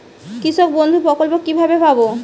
কৃষকবন্ধু প্রকল্প কিভাবে পাব?